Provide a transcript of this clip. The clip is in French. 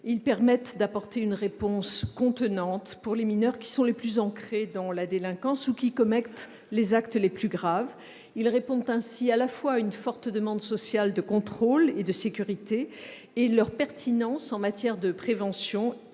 Ils permettent d'apporter une réponse « contenante » pour les mineurs qui sont les plus ancrés dans la délinquance ou qui commettent les actes les plus graves. Ils répondent ainsi à la fois à une forte demande sociale de contrôle et de sécurité, et leur pertinence en matière de prévention